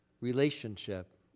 relationship